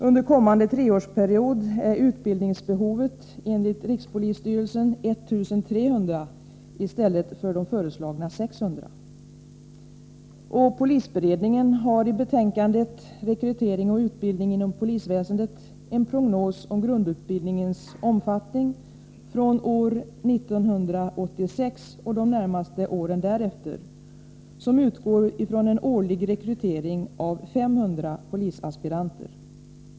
Under kommande treårsperiod är utbildningsbehovet enligt rikspolisstyrelsen 1 300 i stället för de föreslagna 600. Polisberedningen har i betänkandet Rekrytering och utbildning inom polisväsendet en prognos om grundutbildningens omfattning från år 1986 och de närmaste åren därefter, som utgår från en årlig rekrytering av 500 polisaspiranter.